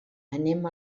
anem